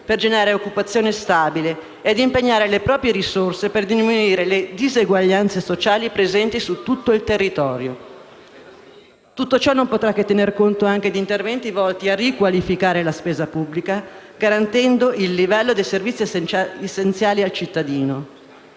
per generare occupazione stabile e ad impegnare le proprie risorse per diminuire le diseguaglianze sociali presenti in tutto il territorio. Tutto ciò non potrà che tenere conto anche di interventi volti a riqualificare la spesa pubblica, garantendo il livello dei servizi essenziali al cittadino.